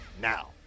now